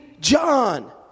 John